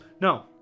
No